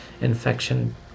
infection